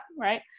right